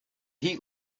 heat